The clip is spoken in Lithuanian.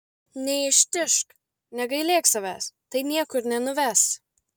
neištižk negailėk savęs tai niekur nenuves